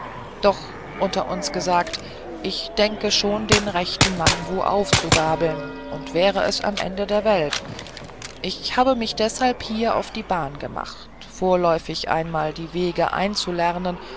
doch unter uns gesagt ich denke schon den rechten mann wo aufzugabeln und wär es am ende der welt ich habe mich deshalb hier auf die bahn gemacht vorläufig einmal die wege einzulernen